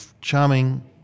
charming